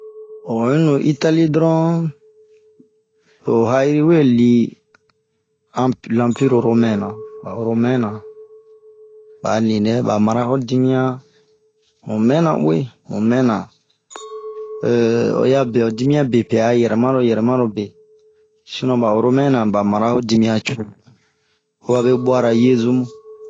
Wayi lo Itali drɔnh, to'o ha'iri we lii, lampiri romɛ na, ba romɛ na. Ba'a ninɛ ba mana ho dimiɲanh, ba mɛna ueh ba mɛna, eehh oyi'a bio dimiɲan bepɛɛ a yirɛmarobe, sino ba romɛra ba mara ho dimiɲan cooh, aba be buara yezu mu.